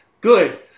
good